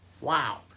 Wow